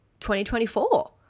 2024